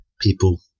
people